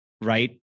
right